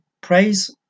praise